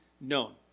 known